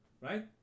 right